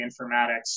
informatics